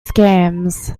scams